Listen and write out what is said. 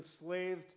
enslaved